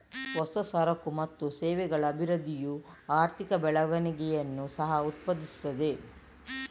ಹೊಸ ಸರಕು ಮತ್ತು ಸೇವೆಗಳ ಅಭಿವೃದ್ಧಿಯು ಆರ್ಥಿಕ ಬೆಳವಣಿಗೆಯನ್ನು ಸಹ ಉತ್ಪಾದಿಸುತ್ತದೆ